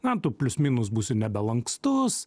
man tu plius minus būsiu nebelankstus